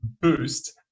boost